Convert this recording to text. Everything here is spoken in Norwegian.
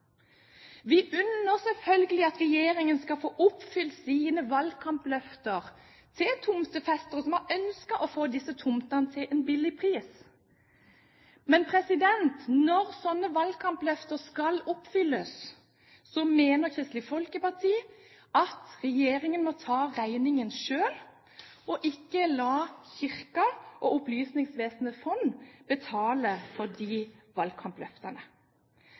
vi unner selvfølgelig regjeringen å få oppfylle sine valgkampløfter til tomtefestere som har ønsket å få disse tomtene til en lav pris. Men når slike valgkampløfter skal oppfylles, så mener Kristelig Folkeparti at regjeringen må ta regningen selv og ikke la Kirken og Opplysningsvesenets fond betale for disse valgkampløftene.